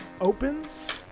opens